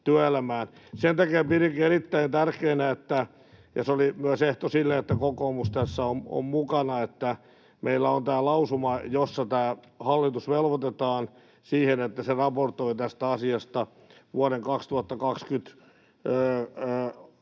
Sen takia pidinkin erittäin tärkeänä — ja se oli myös ehto sille, että kokoomus tässä on mukana — että meillä on tämä lausuma, jossa hallitus velvoitetaan siihen, että se raportoi tästä asiasta vuoteen 2026